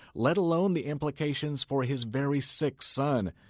let alone the implications for his very sick son.